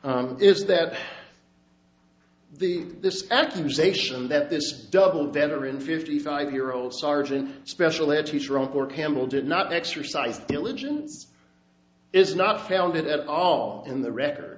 d is that the this accusation that this double veteran fifty five year old sergeant special ed teacher encore campbell did not exercise diligence is not found it at all in the record